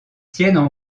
tiennent